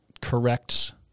corrects